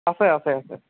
আছে আছে আছে